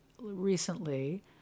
recently